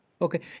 Okay